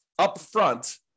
upfront